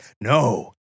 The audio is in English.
no